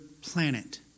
planet